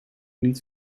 niet